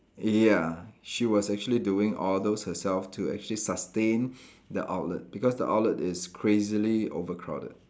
ya she was actually doing all those herself to actually sustain the outlet because the outlet is crazily overcrowded